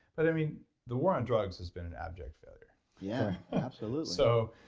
but i mean the war on drugs has been an abject failure yeah, absolutely so.